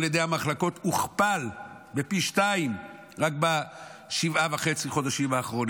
המחלקות הוכפל פי שניים רק בשבעה וחציהחודשים האחרונים.